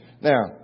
Now